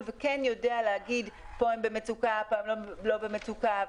ויודע להגיד שהם במצוקה או לא במצוקה.